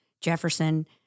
Jefferson